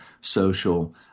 social